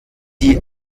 die